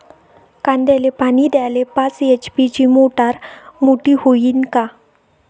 कांद्याले पानी द्याले पाच एच.पी ची मोटार मोटी व्हईन का?